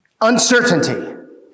Uncertainty